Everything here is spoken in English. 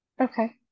okay